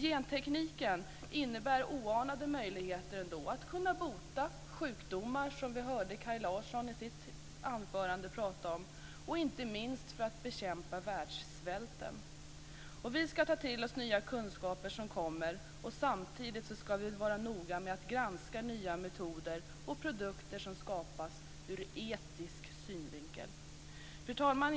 Gentekniken innebär oanade möjligheter när det gäller att kunna bota sjukdomar - det hörde vi Kaj Larsson prata om i sitt anförande - och inte minst när det gäller att bekämpa världssvälten. Vi ska ta till oss nya kunskaper som kommer och samtidigt ska vi vara noga med att granska nya metoder och produkter som skapas ur etisk synvinkel. Fru talman!